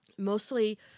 Mostly